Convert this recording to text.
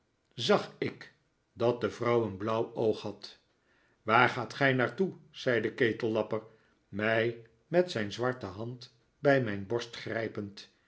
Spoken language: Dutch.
zag ik dat de vrouw een blauw oog had waar gaat gij naar toe zei de ketellapper mij met zijn zwarte hand bij mijn borst grijpend